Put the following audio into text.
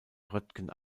röntgen